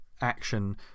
action